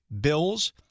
Bills